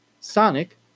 Sonic